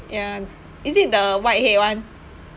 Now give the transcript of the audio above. ya is it the whitehead one